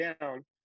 down